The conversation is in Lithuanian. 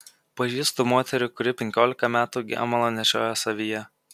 pažįstu moterį kuri penkiolika metų gemalą nešiojo savyje